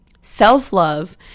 self-love